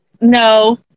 No